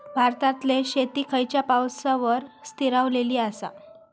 भारतातले शेती खयच्या पावसावर स्थिरावलेली आसा?